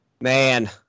Man